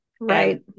Right